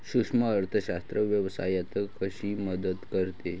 सूक्ष्म अर्थशास्त्र व्यवसायात कशी मदत करते?